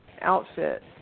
outfit